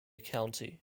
county